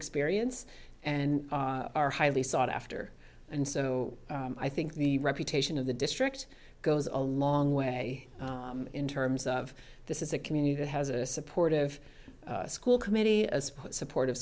experience and are highly sought after and so i think the reputation of the district goes a long way in terms of this is a community that has a supportive school committee as support